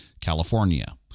California